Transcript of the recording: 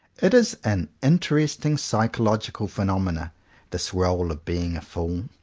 it is an interesting psychological phenomenon a this role of being a fool.